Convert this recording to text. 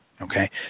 Okay